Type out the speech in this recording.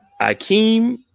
Akeem